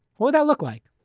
what'll that look like?